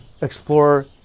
explore